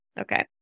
Okay